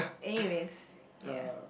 anyways ya